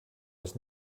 was